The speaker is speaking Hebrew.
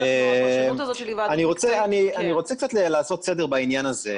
אני רוצה קצת לעשות סדר בעניין הזה.